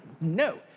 No